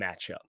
matchup